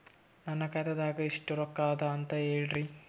ನನ್ನ ಖಾತಾದಾಗ ಎಷ್ಟ ರೊಕ್ಕ ಅದ ಅಂತ ಹೇಳರಿ?